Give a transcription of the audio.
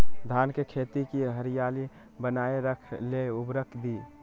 धान के खेती की हरियाली बनाय रख लेल उवर्रक दी?